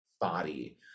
body